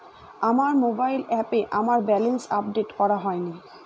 আমার মোবাইল অ্যাপে আমার ব্যালেন্স আপডেট করা হয়নি